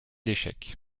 d’échecs